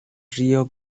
río